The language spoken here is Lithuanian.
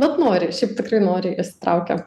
bet noriai šiaip tikrai noriai įsitraukia